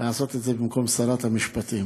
לעשות את זה במקום שרת המשפטים.